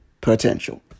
Potential